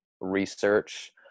research